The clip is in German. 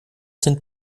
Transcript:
sind